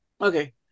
Okay